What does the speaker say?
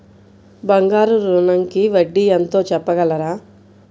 బంగారు ఋణంకి వడ్డీ ఎంతో చెప్పగలరా?